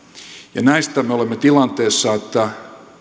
ja näistä me olemme tilanteessa että